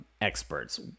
Experts